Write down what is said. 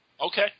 okay